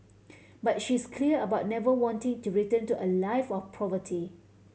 but she's clear about never wanting to return to a life of poverty